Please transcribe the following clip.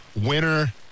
winner